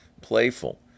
Playful